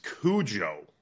Cujo